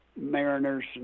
Mariners